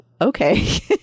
okay